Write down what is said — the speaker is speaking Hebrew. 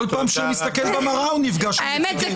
כל פעם שהוא מסתכל במראה הוא נפגש איתם.